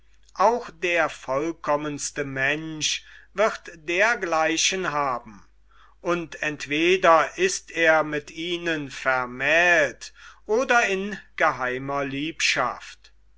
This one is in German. auch der vollkommenste mensch wird dergleichen haben und entweder ist er mit ihnen vermählt oder in geheimer liebschaft